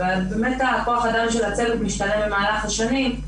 כוח האדם של הצוות השתנה במהלך השנים.